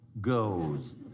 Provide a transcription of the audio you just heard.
goes